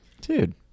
Dude